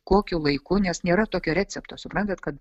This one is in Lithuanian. kokiu laiku nes nėra tokio recepto suprantat kad